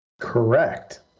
Correct